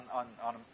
on